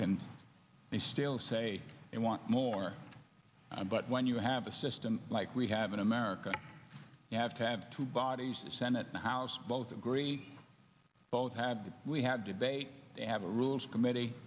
can still say they want more but when you have a system like we have in america you have to have two bodies the senate and house both agree both had we had today they have a rules committee